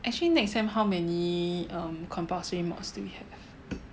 actually next sem how many um compulsory mods do we have